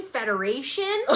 Federation